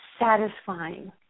satisfying